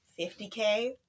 50K